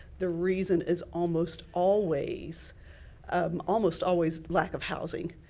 the reason is almost always um almost always lack of housing.